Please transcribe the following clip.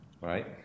right